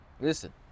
Listen